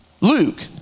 Luke